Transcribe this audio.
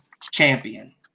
champion